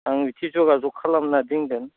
आं बिथिं जगाजग खालामना दोनगोन